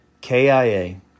KIA